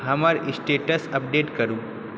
हमर status update करू